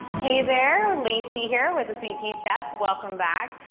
hey there, lacey here with a sweet pea chef. welcome back.